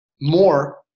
more